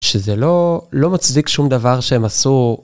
שזה לא מצדיק שום דבר שהם עשו.